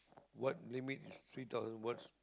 what limit is three thousand what's